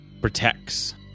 protects